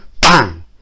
Bang